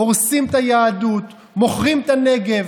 הורסים את היהדות, מוכרים את הנגב,